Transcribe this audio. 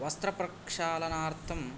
वस्त्र प्रक्षालनार्थं